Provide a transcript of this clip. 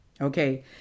Okay